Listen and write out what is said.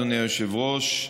אדוני היושב-ראש.